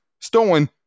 stolen